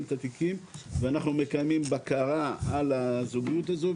את התיקים ומקיימים בקרה על הזוגיות הזו.